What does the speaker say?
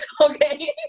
Okay